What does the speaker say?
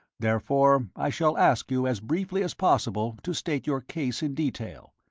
therefore i shall ask you as briefly as possible to state your case in detail.